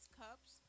cups